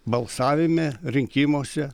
balsavime rinkimuose